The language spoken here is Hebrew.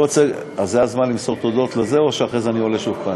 זה הזמן למסור תודות, או שאחרי זה אני עולה שוב?